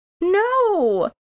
No